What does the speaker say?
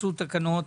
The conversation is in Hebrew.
יצאו תקנות